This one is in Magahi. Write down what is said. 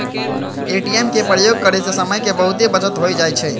ए.टी.एम के प्रयोग करे से समय के बहुते बचत हो जाइ छइ